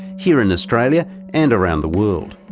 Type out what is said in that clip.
here in australia and around the world.